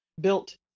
built